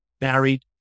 married